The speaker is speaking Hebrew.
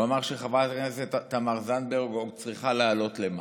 הוא אמר שחברת הכנסת תמר זנדברג צריכה לעלות למעלה.